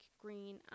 green